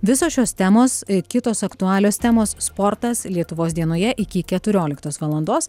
visos šios temos i kitos aktualios temos sportas lietuvos dienoje iki keturioliktos valandos